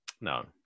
No